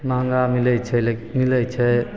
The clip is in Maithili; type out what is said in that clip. महगा मिलै छै लेकिन मिलै छै